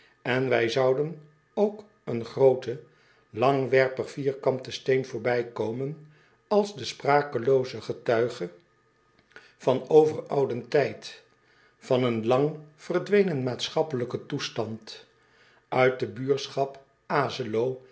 en wij zouden ook een grooten langwerpig vierkanten steen voorbijkomen als de sprakelooze getuige van overouden tijd van een lang verdwenen maatschappelijken toestand it de buurschap